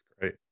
Great